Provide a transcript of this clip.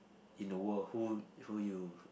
in the world who who you